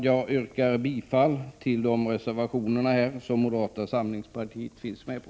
Jag yrkar bifall till de reservationer som moderata samlingspartiet finns med på.